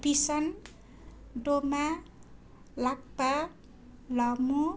Bisan Doma Lakpa Lamu